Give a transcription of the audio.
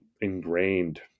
ingrained